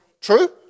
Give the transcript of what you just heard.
True